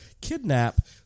kidnap